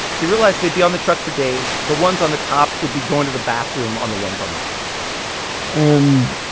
he realized they'd be on the truck for days. the ones on the top would be going to the bathroom on the ones on the bottom and,